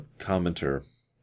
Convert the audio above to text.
commenter